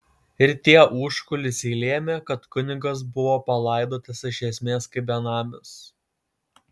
ir tie užkulisiai lėmė kad kunigas buvo palaidotas iš esmės kaip benamis